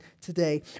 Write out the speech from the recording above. today